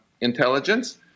intelligence